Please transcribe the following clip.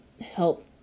help